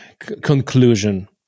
Conclusion